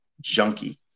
junkie